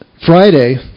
Friday